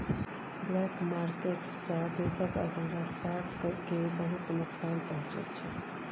black market सँ देशक अर्थव्यवस्था केँ बहुत नोकसान पहुँचै छै